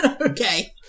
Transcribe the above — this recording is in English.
Okay